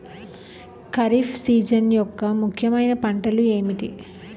Kharif season యెక్క ముఖ్యమైన పంటలు ఏమిటీ?